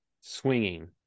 swinging